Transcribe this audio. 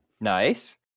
Nice